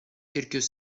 quelques